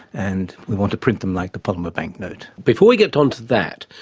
and we want to print them like the polymer banknote. before we get on to that,